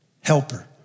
helper